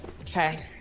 Okay